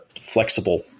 flexible